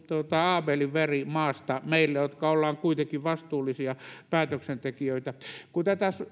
abelin veri maasta meille jotka olemme kuitenkin vastuullisia päätöksentekijöitä